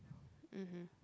mmhmm